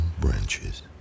branches